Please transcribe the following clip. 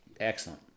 excellent